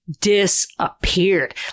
disappeared